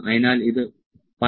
അതിനാൽ ഇത് 11